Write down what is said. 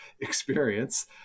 experience